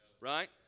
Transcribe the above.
Right